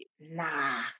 Nah